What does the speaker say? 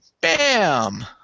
BAM